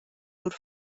sur